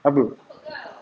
apa